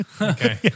Okay